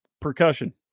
percussion